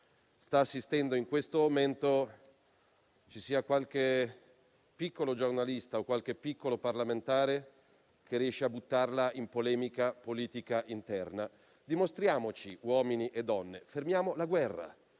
sta assistendo in questo momento, c'è qualche piccolo giornalista o qualche piccolo parlamentare che riesce a buttarla in polemica politica interna. Dimostriamoci uomini e donne: fermiamo la guerra;